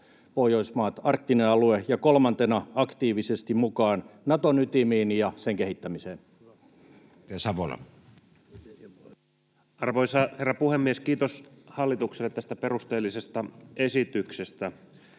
Pohjoismaat, arktinen alue. Ja kolmantena: aktiivisesti mukaan Naton ytimiin ja sen kehittämiseen. Edustaja Savola. Arvoisa herra puhemies! Kiitos hallitukselle tästä perusteellisesta esityksestä